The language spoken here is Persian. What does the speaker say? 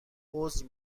عذر